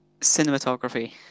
Cinematography